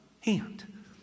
hand